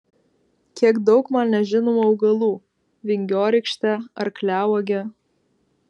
kiek daug man nežinomų augalų vingiorykštė arkliauogė